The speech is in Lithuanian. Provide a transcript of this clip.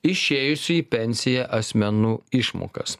išėjusių į pensiją asmenų išmokas